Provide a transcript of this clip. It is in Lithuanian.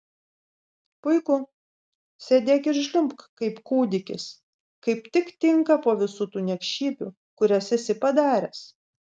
puiku sėdėk ir žliumbk kaip kūdikis kaip tik tinka po visų tų niekšybių kurias esi padaręs